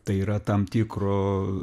tai yra tam tikro